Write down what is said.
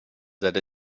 that